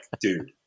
dude